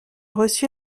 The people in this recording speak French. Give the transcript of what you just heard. reçu